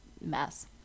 mess